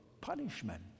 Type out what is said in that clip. punishment